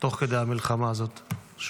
תוך כדי המלחמה הזאת.